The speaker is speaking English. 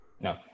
No